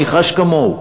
אני חש כמוהו,